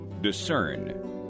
discern